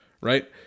right